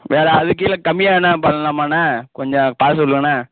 வேறு அதுக்கு கீழே கம்மியாக வேணால் பண்ணலாமாண்ண கொஞ்சம் பார்த்து சொல்லுங்கண்ண